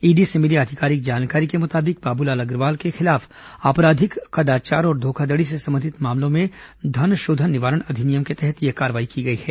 ED से मिली आधिकारिक जानकारी के मुताबिक बाबूलाल अग्रवाल के खिलाफ आपराधिक कदाचार और धोखाधड़ी से संबंधित मामलों में धन शोधन निवारण अधिनियम के तहत कार्रवाई की गई है